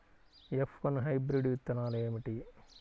F one hybrid విత్తనాలు ఏమిటి?